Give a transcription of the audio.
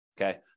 okay